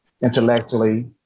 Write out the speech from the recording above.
intellectually